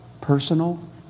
personal